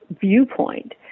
viewpoint